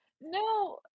No